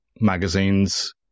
magazines